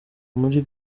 muri